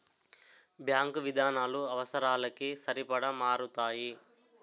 bank విధానాలు అవసరాలకి సరిపడా మారతాయి